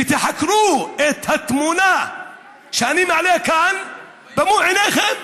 ותחקרו את התמונה שאני מעלה כאן במו עיניכם,